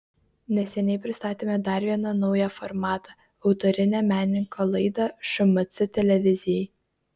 neseniai pristatėme dar vieną naują formatą autorinę menininko laidą šmc televizijai